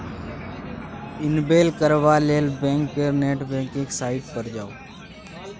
enable करबा लेल bank केर नेट बैंकिंग साइट पर जाउ